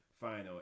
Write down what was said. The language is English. final